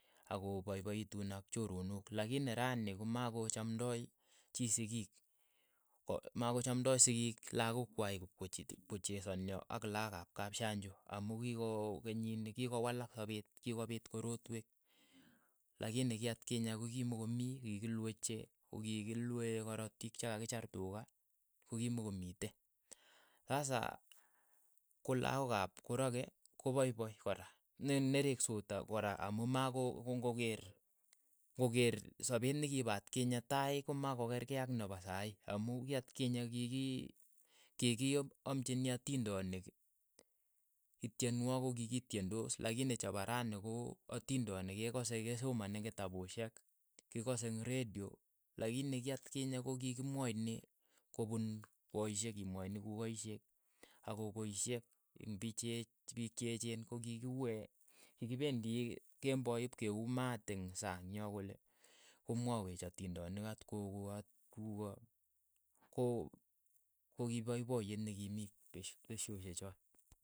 Ako poipoituun ak choronok, lakini rani komako chomndoi chii sikiik, ko makochamndai sikiik lakok kwai ipko kochesonio ak laak ap kapshanjo amu kiko kenyini kikowalak sapet, kikopiit korotwek, lakini ki atkinye kokimokomii kikilue chee kokikilue korotik che kakichaar tuka, kokimokomitei, sasa ko lakok ap koraki, ko paipai kora, ne- nereskot kora amu mako kong'okeer ng'okeer sapeet ne ki pa atkinye tai komakokeerekei ak ne pa sai, amu ki atkinye kik- i ki ki amchini atindonik ityenwogiik kokikityendos lakini chepa rani ko atindonik ke kase kesomani eng' kitapushek, kekase eng' redio lakini ki atkinye ko ki kimwaini ko puun paishek, ki mwachini kukaishek ak kokoishek eng' pii cheech piik che echen ko ki kiue ki ki pendie kemboi ipkeuuu maat eng' saang yo kolee, ko mwawech atindonik at koko at kuko ko ko ki paipayeet nekimii peshoshek choot.